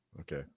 Okay